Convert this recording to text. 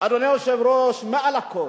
אדוני היושב-ראש, מעל לכול,